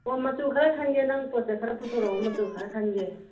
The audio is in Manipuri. ꯑꯣ ꯃꯆꯨ ꯈꯔ ꯈꯟꯒꯦ ꯅꯪ ꯄꯣꯠꯁꯦ ꯈꯔ ꯄꯨꯊꯣꯔꯛꯑꯣ ꯃꯆꯨ ꯈꯔ ꯈꯟꯒꯦ